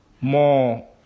more